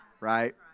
right